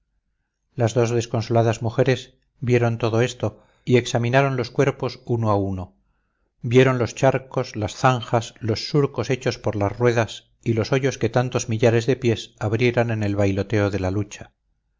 las dos desconsoladas mujeres vieron todo esto y examinaron los cuerpos uno a uno vieron los charcos las zanjas los surcos hechos por las ruedas y los hoyos que tantos millares de pies abrieran en el bailoteo de la lucha